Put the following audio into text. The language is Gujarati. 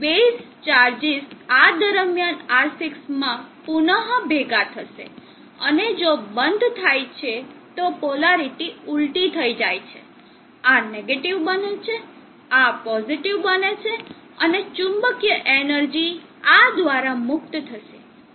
બેઝ ચાર્જિસ આ દરમ્યાન R6 માં પુન ભેગા થશે અને જો બંધ થાય છે તો પોલારીટી ઊલટી થઇ જાય છે આ નેગેટીવ બને છે આ પોઝિટીવ બને છે અને ચુંબકીય એનર્જી આ દ્વારા મુક્ત થશે